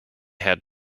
had